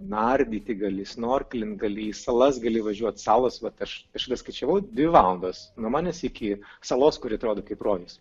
nardyti gali snorklint gali į salas gali važiuot salos vat aš kažkada skaičiavau dvi valandos nuo manęs iki salos kuri atrodo kaip rojus